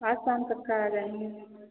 आज शाम तक का आ जाएँगे मैम बस